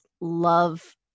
love